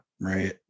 right